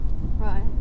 Right